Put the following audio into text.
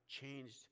changed